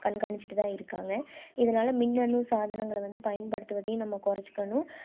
கண்காணிச்சிட்டு தான் இருக்காங்க இதனால மின்னணு சாதனங்களை வந்து பயன்படுத்துவதே வந்து நம்ம குறைச்சிக்கனும்